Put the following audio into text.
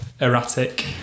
erratic